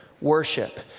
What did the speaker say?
worship